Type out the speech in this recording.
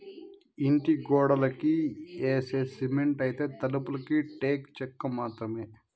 ఇంటి గోడలకి యేసే సిమెంటైతే, తలుపులకి టేకు చెక్క మాత్రమే